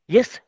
Yes